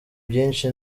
byinshi